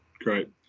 great